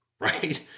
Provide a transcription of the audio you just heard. right